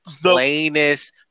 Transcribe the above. plainest